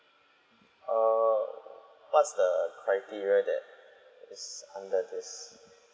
err what's the criteria that's under this